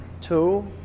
two